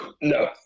No